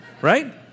right